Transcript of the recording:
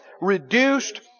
Reduced